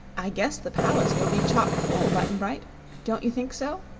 i guess the palace will be chock full, button-bright don't you think so?